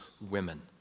women